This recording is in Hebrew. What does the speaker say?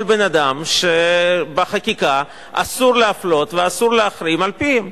בן-אדם שבחקיקה אסור להפלות ואסור להחרים על-פיהם: